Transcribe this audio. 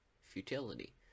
futility